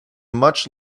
much